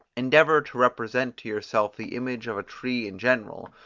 endeavour to represent to yourself the image of a tree in general,